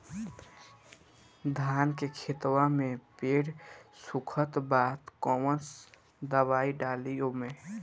धान के खेतवा मे पेड़ सुखत बा कवन दवाई डाली ओमे?